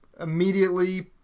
immediately